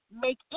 make